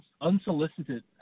Unsolicited